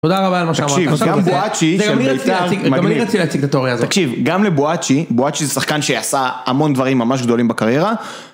תודה רבה על מה שאמרת, גם אני רציתי להציג את התיאוריה הזאת. תקשיב, גם לבואצ'י, בואצ'י זה שחקן שעשה המון דברים ממש גדולים בקריירה.